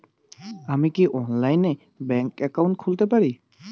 আমি কি অনলাইনে ব্যাংক একাউন্ট খুলতে পারি?